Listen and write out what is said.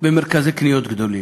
במרכזי קניות גדולים.